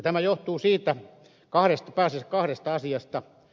tämä johtuu pääasiassa kahdesta asiasta